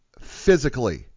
physically